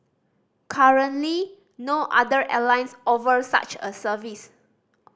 currently no other airlines offer such a service